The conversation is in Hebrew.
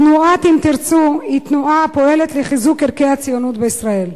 תנועת "אם תרצו" היא תנועה הפועלת לחיזוק ערכי הציונות בישראל.